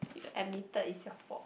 admitted is your fault